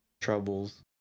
Troubles